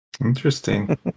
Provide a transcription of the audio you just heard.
Interesting